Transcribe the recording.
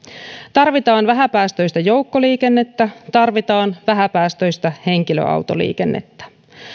tarvitaan vähäpäästöistä joukkoliikennettä tarvitaan vähäpäästöistä henkilöautoliikennettä